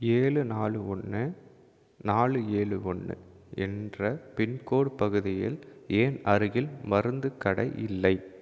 ஏழு நாலு ஒன்று நாலு ஏழு ஒன்று என்ற பின்கோடு பகுதியில் ஏன் அருகில் மருந்து கடை இல்லை